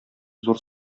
зур